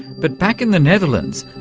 but back in the netherlands,